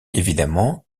évidemment